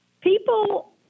people